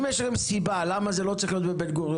אם יש לכם סיבה לכך שזה לא צריך להיות בבן-גוריון,